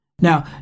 Now